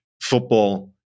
football